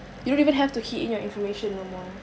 you don't even have to key in your information no more